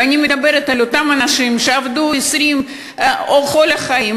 ואני מדברת על אותם אנשים שעבדו 20 שנה או כל החיים,